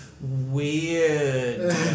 Weird